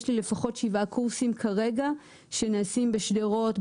יש לי לפחות שבעה קורסים כרגע שנעשים בשדרות,